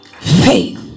Faith